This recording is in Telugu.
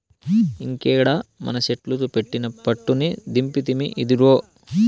ఇంకేడ మనసెట్లుకు పెట్టిన పట్టుని దింపితిమి, ఇదిగో